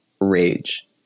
Rage